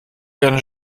gerne